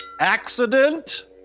accident